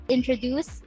Introduce